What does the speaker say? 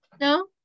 No